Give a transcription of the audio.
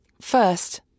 First